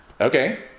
Okay